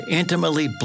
intimately